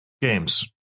games